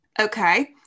Okay